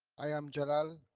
i am jalal,